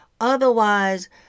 Otherwise